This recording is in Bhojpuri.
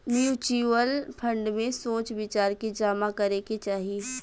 म्यूच्यूअल फंड में सोच विचार के जामा करे के चाही